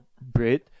bread